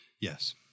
Yes